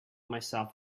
myself